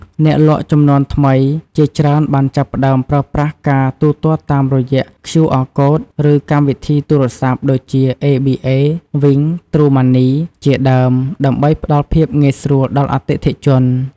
អ្នកលក់ជំនាន់ថ្មីជាច្រើនបានចាប់ផ្ដើមប្រើប្រាស់ការទូទាត់តាមរយៈ ឃ្យូអរកូដ ឬកម្មវិធីទូរសព្ទ ដូចជា អេបីអេ, វីង, ទ្រូម៉ាន់នី ជាដើម ដើម្បីផ្ដល់ភាពងាយស្រួលដល់អតិថិជន។